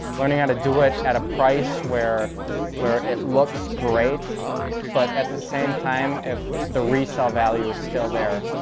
learning how to do it at a price where where it looks great but, at the same time, time, the resell value is still there.